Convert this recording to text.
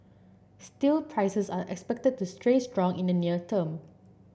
steel prices are expected to street strong in the near term